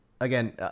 again